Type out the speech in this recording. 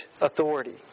authority